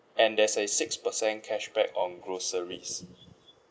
and there's a six percent cashback on groceries